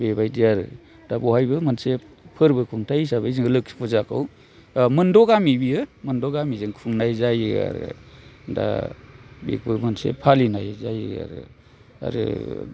बेबायदि आरो दा बावहायबो मोनसे फोरबो खुंथाइ हिसाबै जों लोखि फुजाखौ मोनद' गामि बियो मोनद' गामिजों खुंनाय जायो आरो दा बेखौ मोनसे फालिनाय जायो आरो आरो